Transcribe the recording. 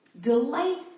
Delight